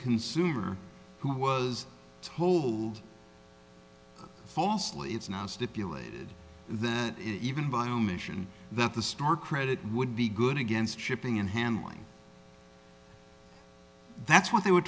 consumer who was told falsely it's not stipulated that even by omission that the store credit would be good against shipping and handling that's what they were